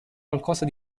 qualcosa